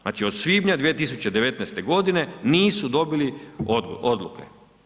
Znači od svibnja 2019. godine nisu dobili odluke.